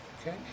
okay